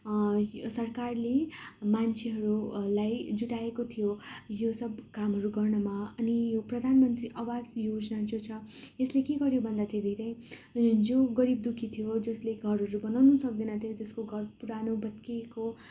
सरकारले मान्छेहरूलाई जुटाएको थियो यो सब कामहरू गर्नमा अनि यो प्रधानमन्त्री आवास योजना जो छ यसले के गर्यो भन्दाखेरि त्यही जो गरिब दुखी थियो जसले घरहरू बनाउनु सक्दैन थियो जसको घर पुरानो भत्किएको